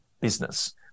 business